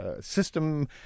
system